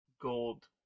gold